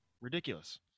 ridiculous